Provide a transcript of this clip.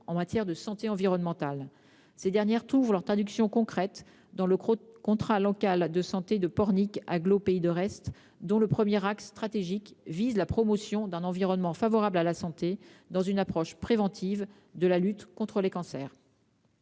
en matière de santé environnementale. Ces dernières trouvent leur traduction concrète dans le contrat local de santé (CLS) de Pornic agglo Pays de Retz, dont le premier axe stratégique vise la promotion d'un environnement favorable à la santé, dans une approche préventive de la lutte contre les cancers.